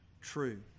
true